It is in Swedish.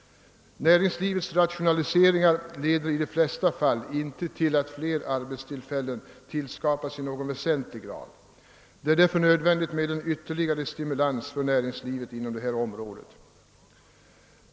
Näringslivets rationaliseringar leder i de flesta fall inte till att fler arbetstillfällen skapas i någon högre grad. Det är därför nödvändigt med ytterligare stimulans för näringslivet inom detta område.